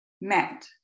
met